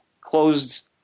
closed